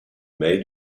made